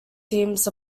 seems